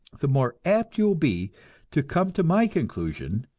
the more apt you will be to come to my conclusion,